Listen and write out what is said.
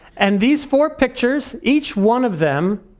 and these four pictures, each one of them,